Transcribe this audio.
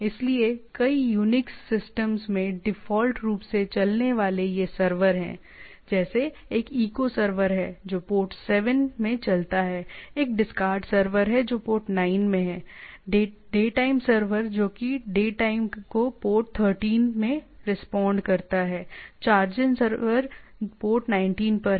इसलिए कई Unix system में डिफ़ॉल्ट रूप से चलने वाले ये सर्वर हैं जैसे एक इको सर्वर है जो पोर्ट 7 में चलता है एक डिस्कार्ड सर्वर है जो पोर्ट 9 में है डेटाइम सर्वर जोकि डे टाइम को पोर्ट 13 में रिस्पॉन्ड करता है चारजन सर्वर पोर्ट 19 पर है